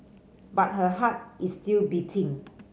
but her heart is still beating